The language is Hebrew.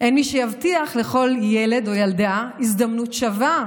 אין מי שיבטיח לכל ילד או ילדה הזדמנות שווה,